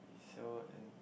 so and